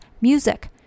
music